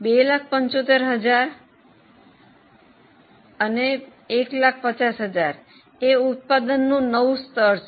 275000150000 એ ઉત્પાદનનું નવું સ્તર છે